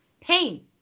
pain